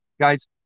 guys